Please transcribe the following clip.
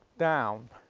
down.